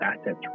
assets